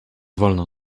wolno